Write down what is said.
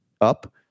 up